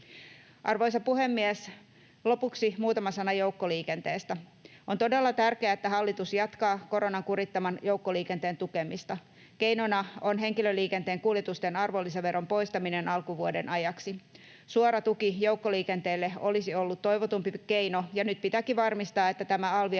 Arvoisa puhemies! Lopuksi muutama sana joukkoliikenteestä. On todella tärkeää, että hallitus jatkaa koronan kurittaman joukkoliikenteen tukemista. Keinona on henkilöliikenteen kuljetusten arvonlisäveron poistaminen alkuvuoden ajaksi. Suora tuki joukkoliikenteelle olisi ollut toivotumpi keino, ja nyt pitääkin varmistaa, että tämä